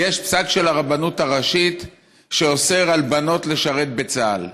יש פסק של הרבנות הראשית שאוסר על בנות לשרת בצה"ל.